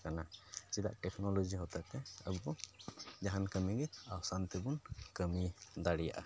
ᱠᱟᱱᱟ ᱪᱮᱫᱟᱜ ᱴᱮᱠᱱᱳᱞᱚᱡᱤ ᱦᱚᱛᱮᱡ ᱛᱮ ᱟᱵᱚ ᱡᱟᱦᱟᱱ ᱠᱟᱹᱢᱤ ᱜᱮ ᱟᱥᱟᱱ ᱛᱮᱵᱚᱱ ᱠᱟᱹᱢᱤ ᱫᱟᱲᱮᱭᱟᱜᱼᱟ